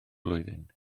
blwyddyn